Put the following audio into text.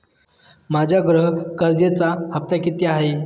माझ्या गृह कर्जाचा हफ्ता किती आहे?